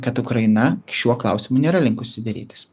kad ukraina šiuo klausimu nėra linkusi derėtis